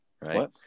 Right